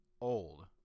old